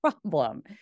problem